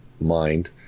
mind